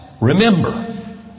remember